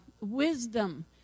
wisdom